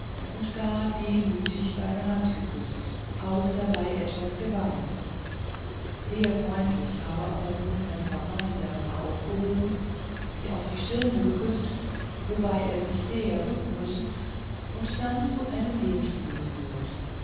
und gar demütig seine hand geküßt auch dabei etwas geweint sehr freundlich habe aber nun herr swammer die dame aufgehoben sie auf die stirne geküßt wobei er sich sehr bücken müssen und sie dann zu einem lehnstuhl geführt